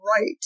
right